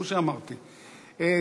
אוקיי,